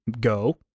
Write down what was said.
go